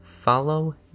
Follow